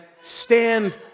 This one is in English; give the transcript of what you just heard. stand